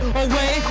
away